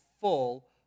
full